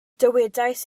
dywedais